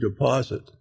deposit